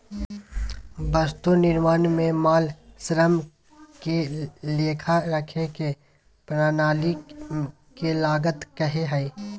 वस्तु निर्माण में माल, श्रम के लेखा रखे के प्रणाली के लागत कहो हइ